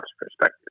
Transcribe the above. perspective